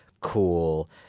cool